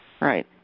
Right